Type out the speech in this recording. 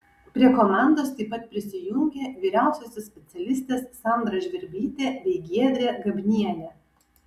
prie komandos taip pat prisijungė vyriausiosios specialistės sandra žvirblytė bei giedrė gabnienė